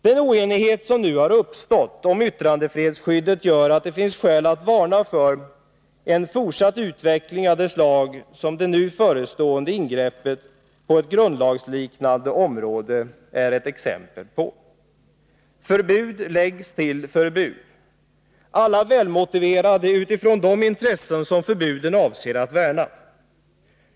Den oenighet som nu uppstått om yttrandefrihetsskyddet gör att det finns skäl att varna för en fortsatt utveckling av det slag som det nu förestående ingreppet på ett grundlagsliknande område är ett exempel på. Förbud läggs till förbud. Alla är välmotiverade utifrån de intressen som förbuden avser att värna.